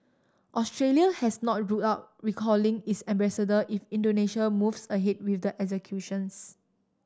Australia has not ruled out recalling its ambassador if Indonesia moves ahead with the executions